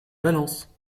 valence